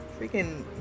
freaking